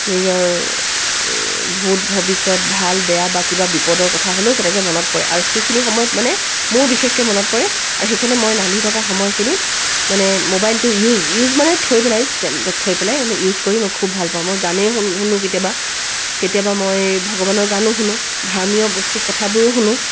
নিজৰ ভূত ভৱিষ্যত ভাল বেয়া বা কিবা বিপদৰ কথা হ'লেও কেনেকে মনত পৰে আৰু সেইখিনি সময়ত মানে মোৰ বিশেষকে মনত পৰে আৰু সেইখিনি মই ৰান্ধি থকা সময়খিনিত মানে মোবাইলটো ইউজ ইউজ মানে থৈ পেলাই ষ্টেণ্ডত থৈ পেলাই মানে ইউজ কৰি মই খুব ভাল পাওঁ মই গানেই শুনো কেতিয়াবা কেতিয়াবা মই ভগৱানৰ গানো শুনো ধৰ্মীয় বস্তু কথাবোৰো শুনো